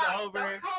over